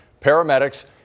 paramedics